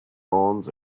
lawns